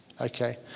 Okay